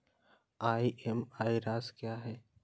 EMI राशि क्या है?